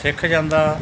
ਸਿੱਖ ਜਾਂਦਾ